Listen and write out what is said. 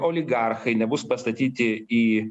oligarchai nebus pastatyti į